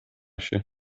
się